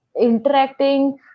interacting